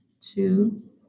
two